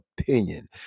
opinion